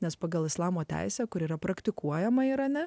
nes pagal islamo teisę kuri yra praktikuojama irane